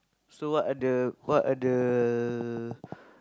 so what are the what are the